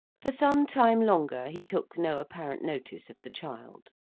for some time longer he took no apparent notice of the child.